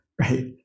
right